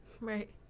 Right